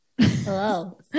hello